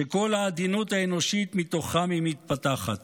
שכל העדינות האנושית, מתוכה היא מתפתחת.